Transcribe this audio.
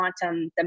quantum